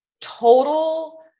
total